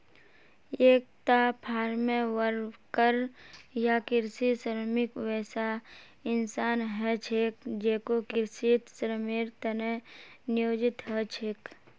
एकता farmworker या कृषि श्रमिक वैसा इंसान ह छेक जेको कृषित श्रमेर त न नियोजित ह छेक